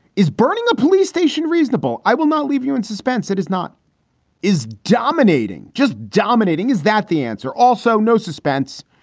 is burning a police station reasonable? i will not leave you in suspense. it is not is dominating just dominating. is that the answer? also, no suspense.